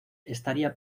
estaría